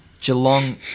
Geelong